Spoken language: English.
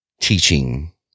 teaching